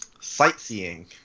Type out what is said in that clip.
Sightseeing